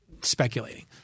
speculating